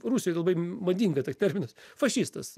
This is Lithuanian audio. rusijoj labai madinga tas terminas fašistas